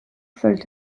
fehlt